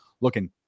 looking